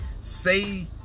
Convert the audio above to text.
say